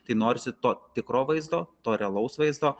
tai norisi to tikro vaizdo to realaus vaizdo